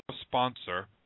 sponsor